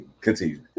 continue